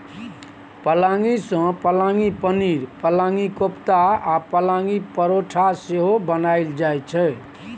पलांकी सँ पलांकी पनीर, पलांकी कोपता आ पलांकी परौठा सेहो बनाएल जाइ छै